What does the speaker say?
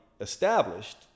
established